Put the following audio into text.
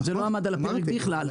זה לא עמד על הפרק בכלל.